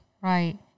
Right